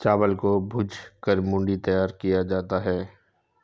चावल को भूंज कर मूढ़ी तैयार किया जाता है